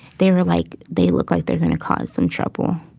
they were like, they look like they're going to cause some trouble.